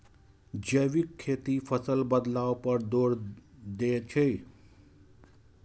जैविक खेती फसल बदलाव पर जोर दै छै